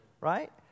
right